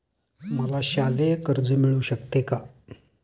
मला शालेय कर्ज मिळू शकते का?